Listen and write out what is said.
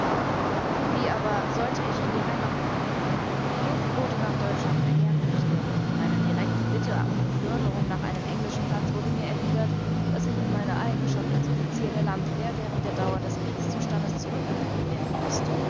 wie aber sollte ich in die heimat gelangen die luftboote nach deutschland verkehrten nicht mehr und auf meine direkte bitte um beförderung nach einem englischen platz wurde mir erwidert daß ich in meiner eigenschaft als offizier der landwehr während der dauer des kriegszustandes zurückgehalten werden müßte